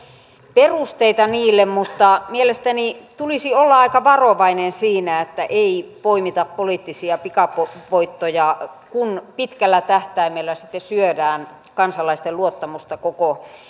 perusteita niille mutta mielestäni tulisi olla aika varovainen siinä että ei poimita poliittisia pikavoittoja kun pitkällä tähtäimellä sitten syödään kansalaisten luottamusta koko